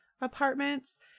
Apartments